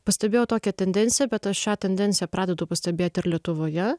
pastebėjau tokią tendenciją bet aš šią tendenciją pradedu pastebėt ir lietuvoje